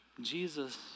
Jesus